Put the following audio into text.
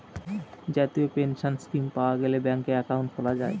জাতীয় pension scheme পাওয়া গেলে ব্যাঙ্কে একাউন্ট খোলা যায়